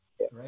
Right